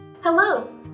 Hello